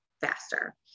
faster